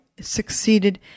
succeeded